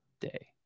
day